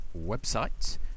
website